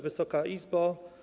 Wysoka Izbo!